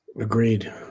Agreed